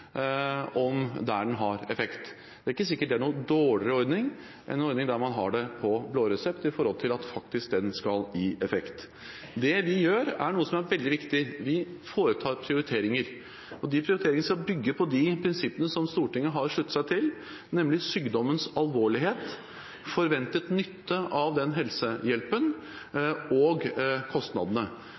der den har effekt. Det er ikke sikkert det er noen dårligere ordning enn en ordning der man har det på blå resept når det gjelder faktisk effekt. Det vi gjør, er noe som er veldig viktig. Vi foretar prioriteringer. De prioriteringene skal bygge på de prinsippene som Stortinget har sluttet seg til, nemlig sykdommens alvorlighet, forventet nytte av helsehjelpen og